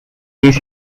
his